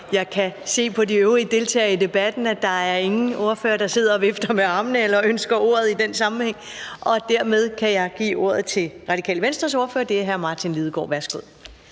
jeg kan se på de øvrige deltagere i debatten, at der ikke er nogen ordførere, der sidder og vifter med armen eller ønsker ordet i den sammenhæng, og dermed kan jeg give ordet til Radikale Venstres ordfører, og det er hr. Martin Lidegaard. Værsgo.